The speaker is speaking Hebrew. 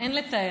אין לתאר.